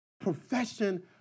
profession